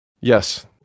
yes